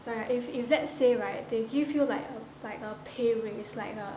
sorry if if let's say right they give you like err like a pay raise like a